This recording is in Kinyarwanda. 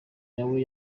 nawe